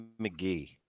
McGee